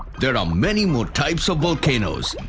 there are many more types of volcanoes,